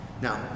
Now